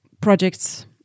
projects